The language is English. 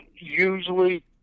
usually